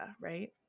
right